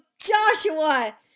Joshua